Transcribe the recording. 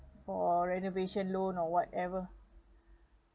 for renovation loan or whatever